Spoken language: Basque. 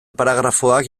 paragrafoak